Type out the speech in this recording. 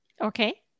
Okay